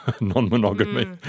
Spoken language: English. non-monogamy